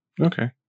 okay